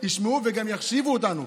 ישמעו וגם יחשיבו אותנו.